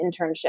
internship